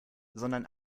sondern